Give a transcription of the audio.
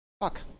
Fuck